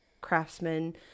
craftsman